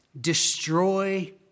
Destroy